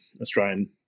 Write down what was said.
Australian